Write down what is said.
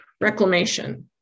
Reclamation